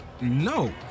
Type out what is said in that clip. No